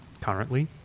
currently